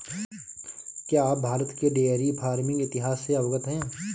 क्या आप भारत के डेयरी फार्मिंग इतिहास से अवगत हैं?